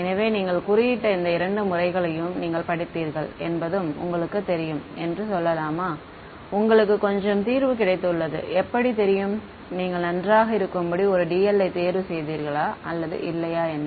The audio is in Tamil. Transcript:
எனவே நீங்கள் குறியிட்ட இந்த இரண்டு முறைகளையும் நீங்கள் படித்தீர்கள் என்பதும் உங்களுக்குத் தெரியும் என்று சொல்லலாமா உங்களுக்கு கொஞ்சம் தீர்வு கிடைத்ததுள்ளது எப்படி தெரியும் நீங்கள் நன்றாக இருக்கும் படி ஒரு dl யை தேர்வு செய்தீர்களா அல்லது இல்லையா என்று